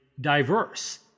diverse